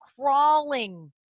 crawling